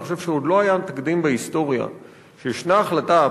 אני חושב שעוד לא היה תקדים בהיסטוריה שישנה החלטה,